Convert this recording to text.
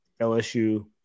LSU